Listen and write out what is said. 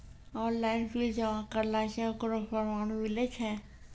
Online bill जमा करला से ओकरौ परमान मिलै छै?